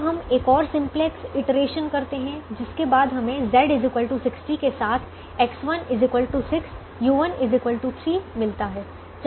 अब हम एक और सिंपलेक्स इटरेशन करते हैं जिसके बाद हमें Z 60 के साथ X1 6 u1 3 मिलता है